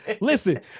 listen